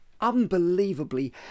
unbelievably